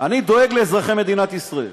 אני דואג לאזרחי מדינת ישראל,